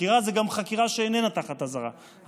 חקירה זה גם חקירה שאיננה תחת אזהרה,